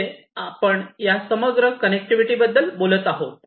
मध्ये आम्ही या समग्र कनेक्टिव्हिटीबद्दल बोलत आहोत